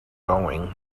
going